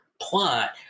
plot